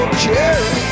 cherry